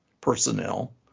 personnel